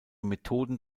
methoden